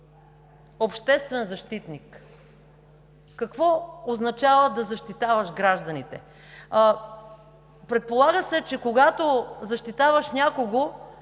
обществен защитник? Какво означава да защитаваш гражданите? Предполага се, че когато защитаваш някого,